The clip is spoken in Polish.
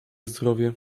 zdrowie